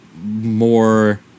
more